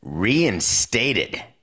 reinstated